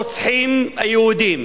כל הרוצחים היהודים